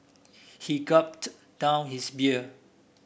he gulped down his beer